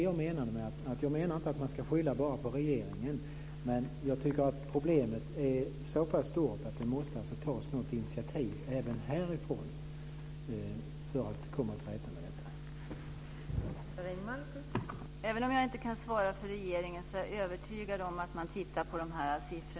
Jag menar att man inte bara ska skylla på regeringen, men problemet är så stort att det måste tas något initiativ även härifrån för att komma till rätta med det.